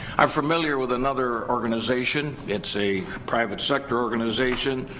i'm familiar with another organization, it's a private sector organization,